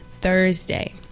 Thursday